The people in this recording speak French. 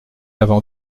avant